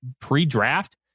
pre-draft